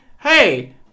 Hey